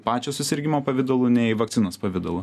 pačio susirgimo pavidalu nei vakcinos pavidalu